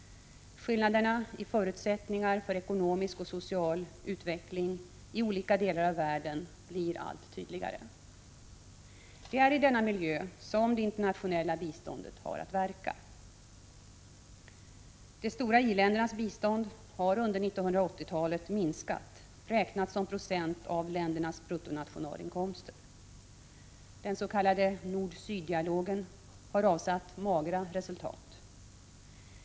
Skillnaderna i förutsättningar för ekonomisk och social utveckling i olika delar av världen blir allt tydligare. Det är i denna miljö som det internationella biståndet har att verka. De stora i-ländernas bistånd har under 1980-talet minskat, räknat som procent av ländernas bruttonationalinkomster. Den s.k. nord-syd-dialogen har avsatt magra resultat.